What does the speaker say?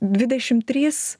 dvidešim trys